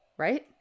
Right